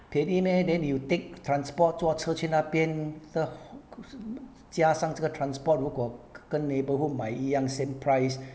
便宜 meh then you take transport 坐车去那边 加上这个 transport 如果跟 neighbourhood 买一样 same price